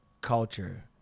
culture